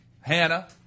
Hannah